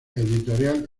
editorial